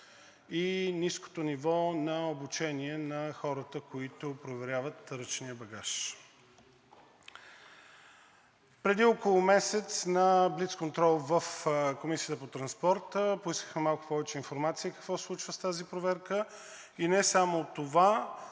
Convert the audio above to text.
и ниското ниво на обучение на хората, които проверяват ръчния багаж. Преди около месец на блицконтрол в Комисията по транспорта поискахме малко повече информация какво се случва с тази проверка и не само това,